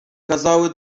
kazały